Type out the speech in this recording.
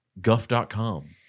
guff.com